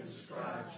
describe